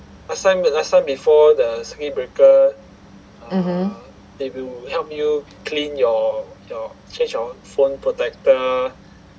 mmhmm